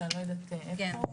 שאני לא יודעת איפה הוא.